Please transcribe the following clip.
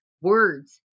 words